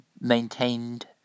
maintained